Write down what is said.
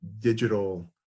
digital